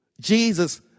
Jesus